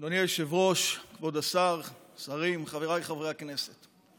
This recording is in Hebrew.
היושב-ראש, כבוד השרים, חבריי חברי הכנסת,